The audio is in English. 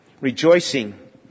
rejoicing